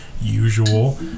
Usual